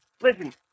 Listen